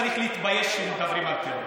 צריך להתבייש כשמדברים על טרור,